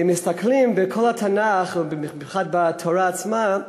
אם מסתכלים בכל התנ"ך, ובמיוחד בתורה עצמה,